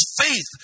faith